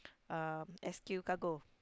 um S_Q cargo